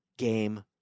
Game